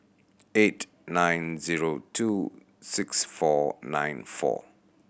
eight nine zero two six four nine four